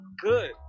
good